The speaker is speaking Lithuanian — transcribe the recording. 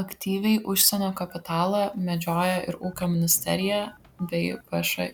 aktyviai užsienio kapitalą medžioja ir ūkio ministerija bei všį